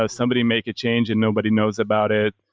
ah somebody make a change and nobody knows about it.